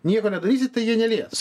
nieko nedarysi tai jie nelies